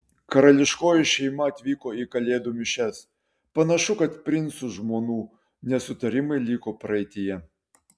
karališkoji šeima atvyko į kalėdų mišias panašu kad princų žmonų nesutarimai liko praeityje